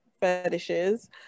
fetishes